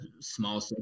small